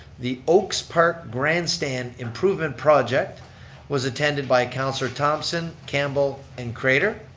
the oaks park grandstand improvement project was attended by councilor thomson, campbell and craitor.